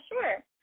sure